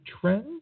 trend